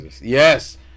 Yes